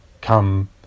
come